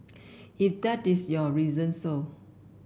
if that is your reason so